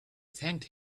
thanked